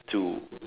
to